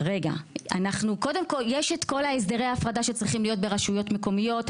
יש את כל הסדרי ההפרדה שצריכים להיות ברשויות מקומיות,